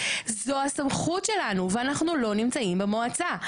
זו הסמכות שלנו ואנחנו לא נמצאים במועצה.